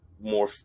more